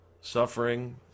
suffering